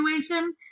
situation